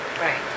Right